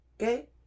Okay